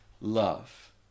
love